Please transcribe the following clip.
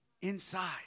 inside